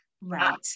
Right